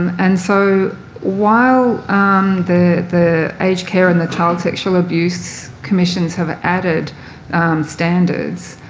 um and so while the the aged care and the child sexual abuse commissions have added standards,